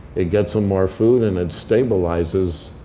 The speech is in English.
it gets them more food, and it stabilizes,